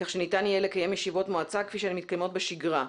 כך שניתן יהיה לקיים ישיבות מועצה כפי שהן מתקיימות בשגרה.